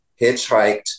hitchhiked